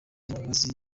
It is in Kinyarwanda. imbabazi